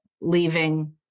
leaving